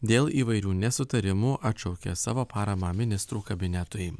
dėl įvairių nesutarimų atšaukė savo paramą ministrų kabinetui